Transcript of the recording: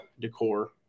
decor